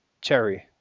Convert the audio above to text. cherry